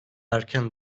erken